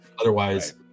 otherwise